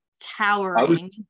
towering